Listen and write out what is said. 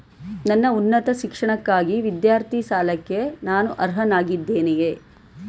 ನನ್ನ ಉನ್ನತ ಶಿಕ್ಷಣಕ್ಕಾಗಿ ವಿದ್ಯಾರ್ಥಿ ಸಾಲಕ್ಕೆ ನಾನು ಅರ್ಹನಾಗಿದ್ದೇನೆಯೇ?